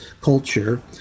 culture